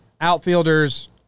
Outfielders